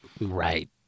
Right